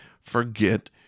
forget